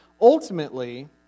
ultimately